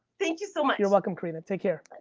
thank you so much! you're welcome karena, take care.